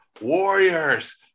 Warriors